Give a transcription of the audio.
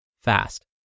fast